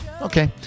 Okay